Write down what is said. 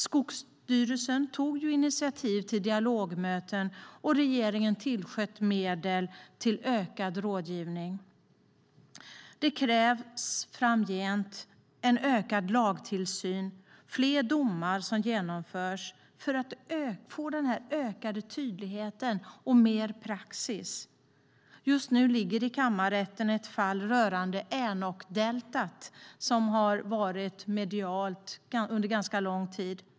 Skogsstyrelsen tog initiativ till dialogmöten, och regeringen tillsköt medel till ökad rådgivning. Det krävs framgent en ökad lagtillsyn och fler domar för att få en ökad tydlighet och mer praxis. Just nu ligger i Kammarrätten ett fall rörande Änokdeltat som varit medialt uppmärksammat under ganska lång tid.